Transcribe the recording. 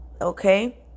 Okay